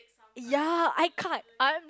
ya I can't I